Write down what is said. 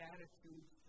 attitudes